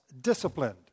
disciplined